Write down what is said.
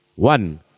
One